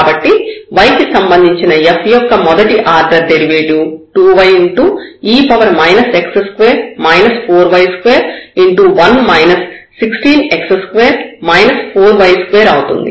కాబట్టి y కి సంబంధించిన f యొక్క మొదటి order derivative 2ye x2 4y2 అవుతుంది